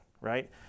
right